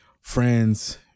friends